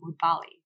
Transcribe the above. Bali